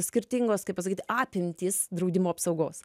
skirtingos kaip pasakyt apimtys draudimo apsaugos